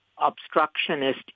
obstructionist